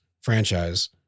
franchise